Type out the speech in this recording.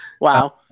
Wow